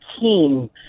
team